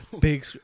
Big